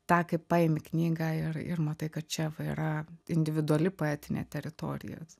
tą kai paimi knygą ir ir matai kad čia yra individuali poetinė teritorijos